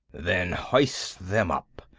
then hoist them up,